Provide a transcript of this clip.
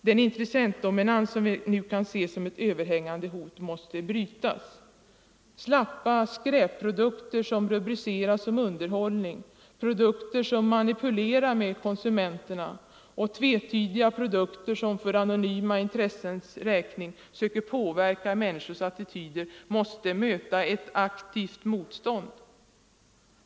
Den intressedominans som vi nu kan se som ett överhängande hot måste brytas. Slappa skräpprodukter som rubriceras som underhållning, och produkter som för mer eller mindre anonyma intressens räkning söker påverka människors attityder, måste möta ett aktivt motstånd.